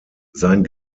sein